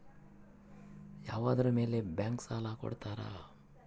ಯಾವುದರ ಮೇಲೆ ಬ್ಯಾಂಕ್ ಸಾಲ ಕೊಡ್ತಾರ?